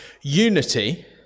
unity